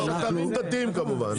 יש אתרים דתיים כמובן.